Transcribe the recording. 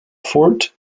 fort